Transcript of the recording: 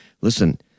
listen